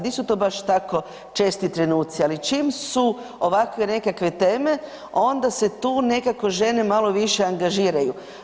Nisu to baš tako česti trenuci, ali čim su ovakve nekakve teme onda se tu nekako žene malo više angažiraju.